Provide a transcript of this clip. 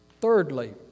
Thirdly